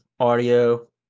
audio